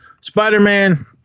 Spider-Man